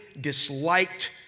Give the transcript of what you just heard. disliked